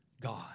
God